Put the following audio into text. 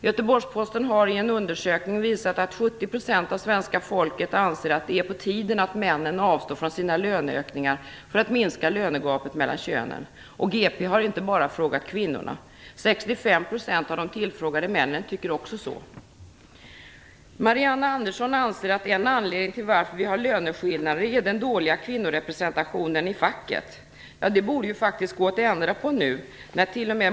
Göteborgsposten har i en undersökning visat att 70 % av det svenska folket anser att det är på tiden att männen avstår från sina löneökningar för att minska lönegapet mellan könen. Och GP har inte frågat bara kvinnorna - 65 % av de tillfrågade männen tycker också så. Marianne Andersson anser att en anledning till att vi har fått löneskillnader är den dåliga kvinnorepresentationen i facket. Det borde det ju faktiskt gå att ändra på nu, när t.o.m.